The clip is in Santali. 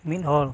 ᱢᱤᱫ ᱦᱚᱲ